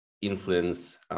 influence